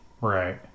Right